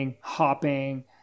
hopping